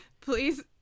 please